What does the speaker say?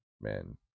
man